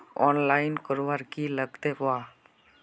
Online करवार की लगते वा?